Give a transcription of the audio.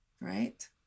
Right